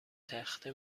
تخته